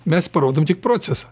mes parodom tik procesą